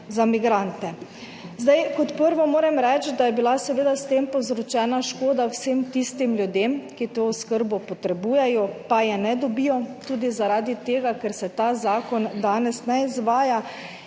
za migrante. Kot prvo moram reči, da je bila seveda s tem povzročena škoda vsem tistim ljudem, ki to oskrbo potrebujejo, pa je ne dobijo, tudi zaradi tega, ker se ta zakon danes ne izvaja,